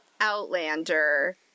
Outlander